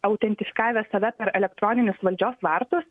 autentiškavęs save per elektroninius valdžios vartus